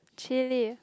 chili